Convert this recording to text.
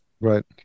Right